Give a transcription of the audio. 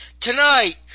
Tonight